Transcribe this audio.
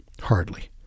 Hardly